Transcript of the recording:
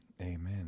Amen